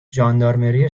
ژاندارمری